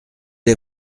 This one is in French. est